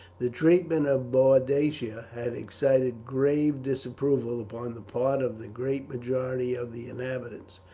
the treatment of boadicea had excited grave disapproval upon the part of the great majority of the inhabitants,